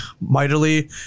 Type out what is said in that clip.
mightily